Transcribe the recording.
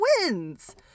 wins